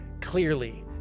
clearly